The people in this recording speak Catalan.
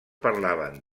parlaven